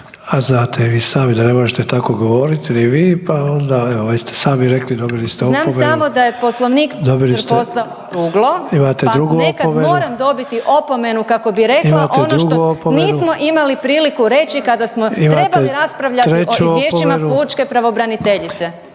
**Orešković, Dalija (Stranka s imenom i prezimenom)** …/Upadica Orešković: Znam samo da je Poslovnik postao ruglo, pa nekad moram dobiti opomenu kako bi rekla ono što nismo imali priliku reći kada smo trebali raspravljati o izvješćima pučke pravobraniteljice./…